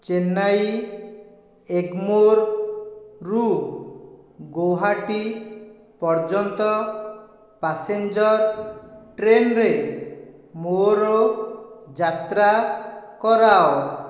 ଚେନ୍ନାଇ ଏଗ୍ମୋର୍ରୁ ଗୌହାଟୀ ପର୍ଯ୍ୟନ୍ତ ପାସେଞ୍ଜର ଟ୍ରେନରେ ମୋ'ର ଯାତ୍ରା କରାଅ